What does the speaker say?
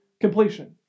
completion